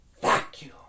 vacuum